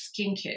skincare